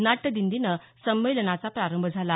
नाट्यदिंडीनं संमेलनाचा प्रारंभ झाला